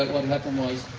what happened was.